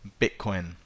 Bitcoin